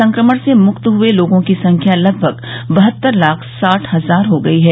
संक्रमण से मुक्त हुए लोगों की संख्या लगभग बहत्तर लाख साठ हजार हो गई है